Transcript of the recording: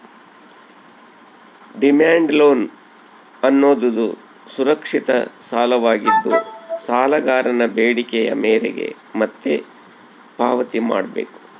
demand loan ಅನ್ನೋದುದು ಸುರಕ್ಷಿತ ಸಾಲವಾಗಿದ್ದು, ಸಾಲಗಾರನ ಬೇಡಿಕೆಯ ಮೇರೆಗೆ ಮತ್ತೆ ಪಾವತಿ ಮಾಡ್ಬೇಕು